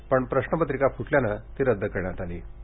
पण प्रश्नपत्रिका फुटल्याने ती रद्द करण्यात आली होती